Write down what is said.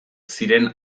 ziren